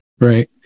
right